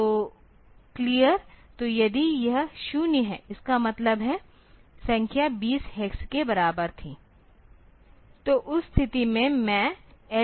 तो क्लियर तो यदि यह 0 है इसका मतलब है संख्या 20 हेक्स के बराबर थी